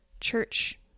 church